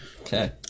Okay